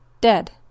dead